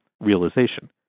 realization